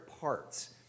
parts